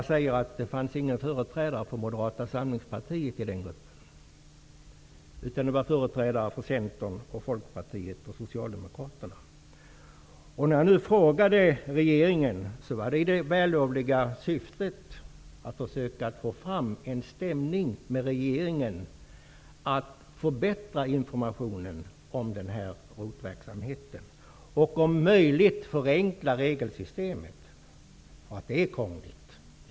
Det fanns inte någon företrädare för Moderata samlingspartiet i den gruppen. Det var företrädare för Centern, Folkpartiet och Socialdemokraterna. När jag nu ställer en fråga till regeringen, är det i det vällovliga syftet att försöka åstadkomma en stämning som innebär att regeringen förbättrar informationen om ROT verksamheten och om möjligt förenklar regelsystemet. Det är krångligt.